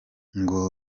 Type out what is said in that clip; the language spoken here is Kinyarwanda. ngo